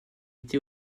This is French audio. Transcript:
été